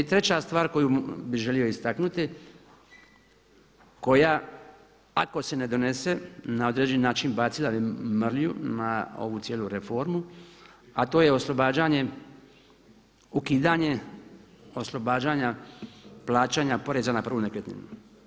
I treća stvar koju bih želio istaknuti koja ako se ne donese na određeni način bavila bi mrlju na ovu cijelu reformu, a to je oslobađanje, ukidanje oslobađanja plaćanja poreza na prvu nekretninu.